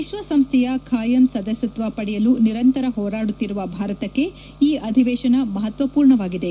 ವಿಶ್ವಸಂಸ್ಥೆಯ ಖಾಯಂ ಸದಸ್ನತ್ತ ಪಡೆಯಲು ನಿರಂತರ ಹೋರಾಡುತ್ತಿರುವ ಭಾರತಕ್ಕೆ ಈ ಅಧಿವೇಶನ ಮಪತ್ವರ್ಣವಾಗಿದೆ